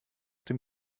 dem